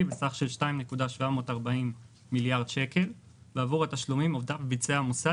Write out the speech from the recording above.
בסך 2.740 מיליארד שקל עבור תשלומים אותם ביצע המוסד